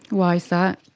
why is that?